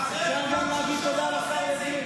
אפשר גם להגיד תודה לחרדים,